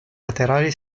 laterali